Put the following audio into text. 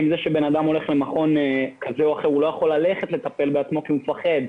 אם זה שבן אדם לא יוכל ללכת לטפל בעצמו כי הוא מפחד,